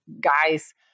guys